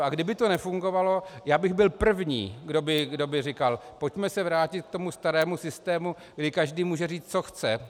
A kdyby to nefungovalo, byl bych první, kdo by říkal: pojďme se vrátit k tomu starému systému, kdy každý může říct, co chce.